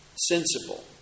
sensible